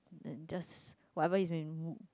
and just whatever he's been